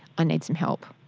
need some help.